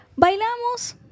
Bailamos